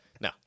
No